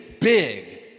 big